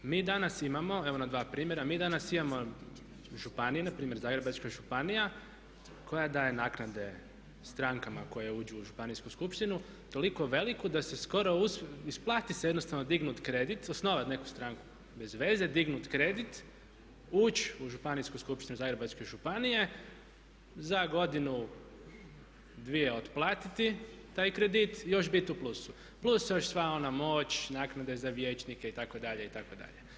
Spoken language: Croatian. Mi danas imamo, evo na dva primjera, mi danas imamo županije, npr. Zagrebačka županija koja daje naknade stranaka koje uđu u Županijsku skupštinu toliko veliku skoro uz, isplati se jednostavno dignuti kredit, osnovati neku stranku bezveze, dignuti kredit, ući u Županijsku skupštinu Zagrebačke Županije, za godinu dvije otplatiti taj kredit i još biti u plusu, plus još sva ona moć, naknada za vijećnike itd., itd.